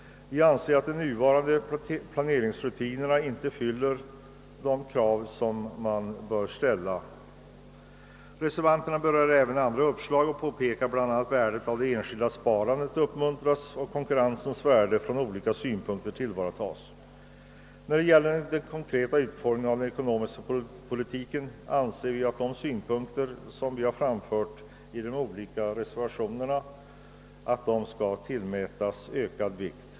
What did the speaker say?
Vi anser att de nuvarande planeringsrutinerna inte fyller de krav som man bör ställa. Reservanterna berör även andra uppslag och påpekar även värdet av att det enskilda sparandet uppmuntras och konkurrensens värde från olika synpunkter tillvaratas. Vad beträffar den konkreta utformningen av den ekonomiska politiken anser vi att de synpunkter som vi har framfört i de olika reservationerna bör tillmätas ökad vikt.